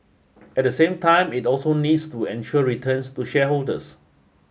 at the same time it also needs to ensure returns to shareholders